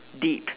deep